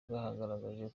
bwagaragaje